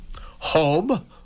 home